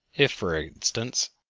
if, for instance,